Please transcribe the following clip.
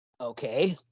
Okay